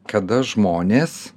kada žmonės